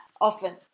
often